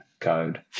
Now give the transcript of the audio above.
code